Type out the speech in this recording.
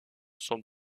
sont